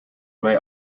may